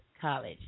College